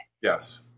Yes